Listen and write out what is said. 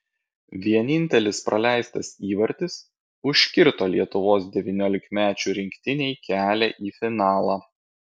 vienintelis praleistas įvartis užkirto lietuvos devyniolikmečių rinktinei kelią į finalą